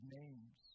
names